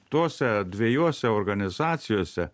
tose dviejose organizacijose